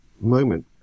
moment